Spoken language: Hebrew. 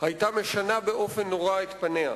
היתה משנה באופן נורא את פניה.